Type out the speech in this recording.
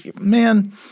man